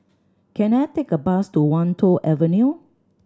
can I take a bus to Wan Tho Avenue